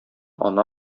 ана